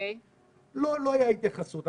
לא הייתה התייחסות.